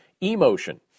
emotion